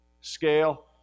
scale